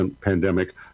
pandemic